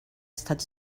estat